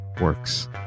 works